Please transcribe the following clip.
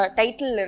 title